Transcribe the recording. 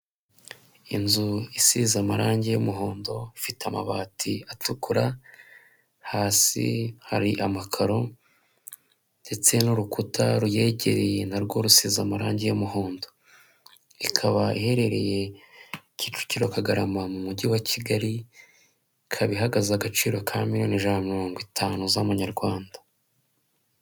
Inzu isize amarangi y'umuhondo ifite amabati atukura, hasi hari amakaro ndetse n'urukuta ruyegereye na rwo rusize amarangi y'umuhondo, ikaba iherereye Kicukiro Kagarama mu mujyi wa kigali, ikaba ihagaze agaciro ka miliyoni ijana n'itanu z'amanyarwanda.